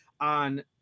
on